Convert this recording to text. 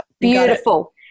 Beautiful